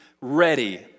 ready